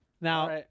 Now